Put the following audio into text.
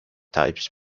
type